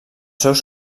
seus